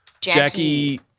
Jackie